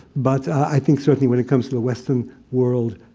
but i think, certainly, when it comes to the western world,